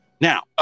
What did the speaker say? Now